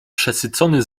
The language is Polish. przesycony